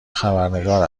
خبرنگار